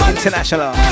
International